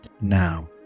Now